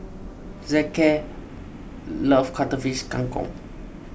Zeke loves Cuttlefish Kang Kong